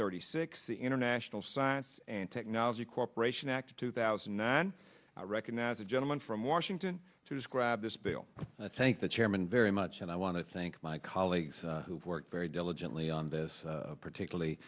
thirty six the international science and technology cooperation act of two thousand and nine i recognize the gentleman from washington to describe this bill thank the chairman very much and i want to thank my colleagues who've worked very diligently on this particularly